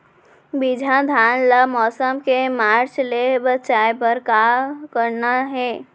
बिजहा धान ला मौसम के मार्च ले बचाए बर का करना है?